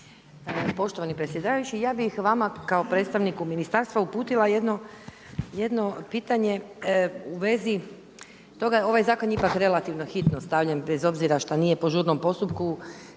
Poštovani predsjedavajući. Ja bih vama kao predstavniku ministarstva uputila jedno pitanje u vezi toga, ovaj zakon je ipak relativno hitno stavljen, bez obzira što nije po žurnom postupku,